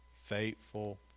faithful